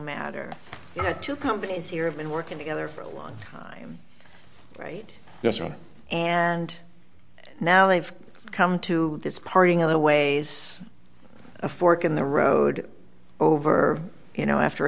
matter to companies here have been working together for a long time right yes or no and now they've come to this parting of the ways a fork in the road over you know after